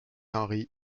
henri